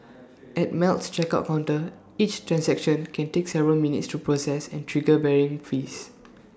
at Melt's checkout counter each transaction can take several minutes to process and trigger varying fees